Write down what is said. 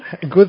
Good